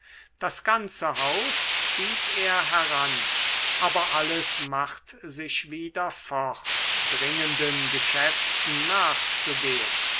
das ganze haus zieht er heran aber alles macht sich wieder fort dringenden geschäften nachzugehen